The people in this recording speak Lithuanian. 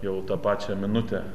jau tą pačią minutę